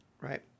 right